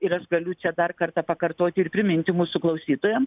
ir aš galiu čia dar kartą pakartoti ir priminti mūsų klausytojam